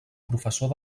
professor